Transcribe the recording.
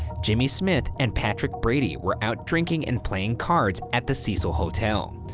jimmy smith and patrick brady were out drinking and playing cards at the cecil hotel.